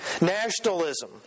nationalism